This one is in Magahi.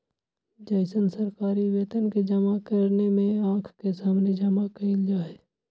जैसन सरकारी वेतन के जमा करने में आँख के सामने जमा कइल जाहई